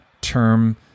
term